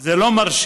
זה לא מרשים.